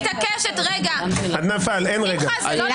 אין רגע.